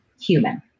human